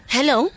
Hello